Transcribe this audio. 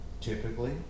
Typically